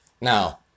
Now